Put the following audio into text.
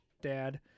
dad